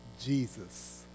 Jesus